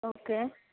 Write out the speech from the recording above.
okay